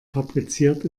fabriziert